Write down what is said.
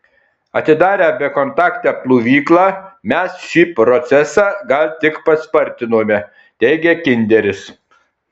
atidarę bekontaktę plovyklą mes šį procesą gal tik paspartinome teigia kinderis